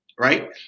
Right